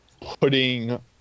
putting